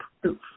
proof